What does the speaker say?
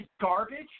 garbage